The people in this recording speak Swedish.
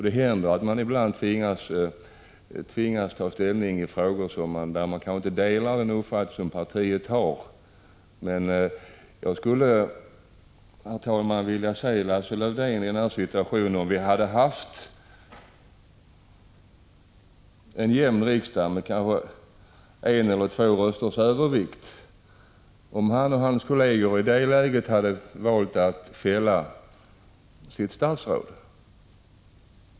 Det händer att man ibland tvingas ta ställning till frågor där man kanske inte delar den uppfattning som partiet har. Herr talman! Om vi haft ett jämviktsläge i riksdagen med en eller två rösters övervikt för någotdera blocket, skulle jag vilja se om Lars-Erik Lövdén och hans kolleger hade valt att fälla sitt statsråd.